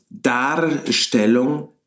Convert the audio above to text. Darstellung